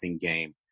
game